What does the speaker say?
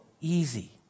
easy